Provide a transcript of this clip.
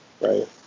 Right